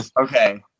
Okay